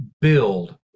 build